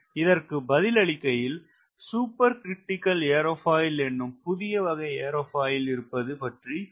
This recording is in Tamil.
இதற்கு பதில் அளிக்கையில் சூப்பர் க்ரிட்டிக்கல் ஏரோபாயில் எனும் புதிய வகை ஏரோபாயில் இருப்பது பற்றி உங்களுக்கு தெரிய வரும்